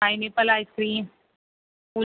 pineapple ice cream